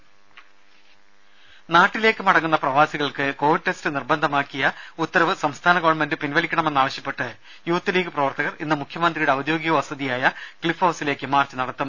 രുഭ നാട്ടിലേക്ക് മടങ്ങുന്ന പ്രവാസികൾക്ക് കോവിഡ് ടെസ്റ്റ് നിർബന്ധമാക്കിയ ഉത്തരവ് സംസ്ഥാന ഗവൺമെന്റ് പിൻവലിക്കണമെന്നാവശ്യപ്പെട്ട് യൂത്ത് ലീഗ് പ്രവർത്തകർ ഇന്ന് മുഖ്യമന്ത്രിയുടെ ഔദ്യോഗിക വസതിയായ ക്ലിഫ് ഹൌസിലേക്ക് മാർച്ച് നടത്തും